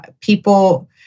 people